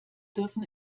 dürfen